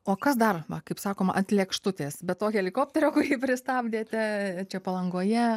o kas dar kaip sakoma ant lėkštutės bet to helikopterio kurį pristabdėte čia palangoje